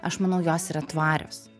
aš manau jos yra tvarios